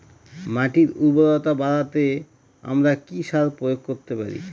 মাটির উর্বরতা বাড়াতে আমরা কি সার প্রয়োগ করতে পারি?